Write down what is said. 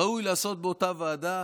ראוי לעשות אותם באותה ועדה.